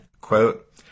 quote